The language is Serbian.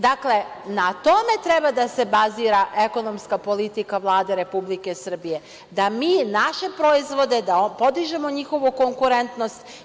Dakle, na tome treba da se bazira ekonomska politika Vlade Republike Srbije da mi našim proizvodima podižemo njihovu konkurentnost.